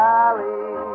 Valley